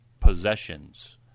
possessions